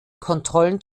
kontrollen